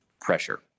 pressure